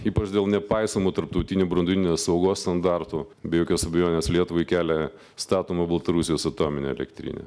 ypač dėl nepaisomų tarptautinių branduolinės saugos standartų be jokios abejonės lietuvai kelia statoma baltarusijos atominė elektrinė